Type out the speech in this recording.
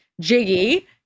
Jiggy